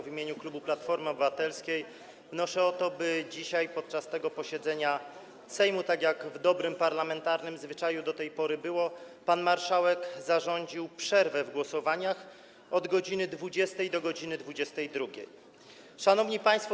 W imieniu klubu Platformy Obywatelskiej wnoszę o to, by dzisiaj, podczas tego posiedzenia Sejmu, tak jak dobrym parlamentarnym zwyczajem do tej pory było, pan marszałek zarządził przerwę w głosowaniach od godz. 20 do godz. 22. Szanowni Państwo!